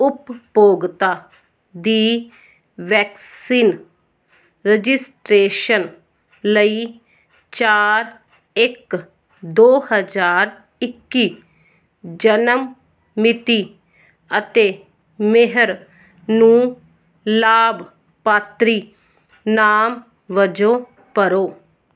ਉਪਭੋਗਤਾ ਦੀ vaccine registration ਲਈ ਚਾਰ ਇੱਕ ਦੋ ਹਜ਼ਾਰ ਇੱਕੀ ਜਨਮ ਮਿਤੀ ਅਤੇ ਮਿਹਰ ਨੂੰ ਲਾਭਪਾਤਰੀ ਨਾਮ ਵਜੋਂ ਭਰੋ